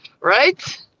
Right